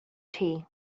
tea